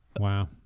Wow